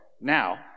now